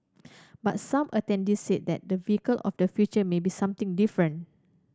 but some attendees said that the vehicle of the future may be something different